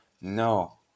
no